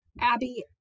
Abby